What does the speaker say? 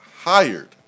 hired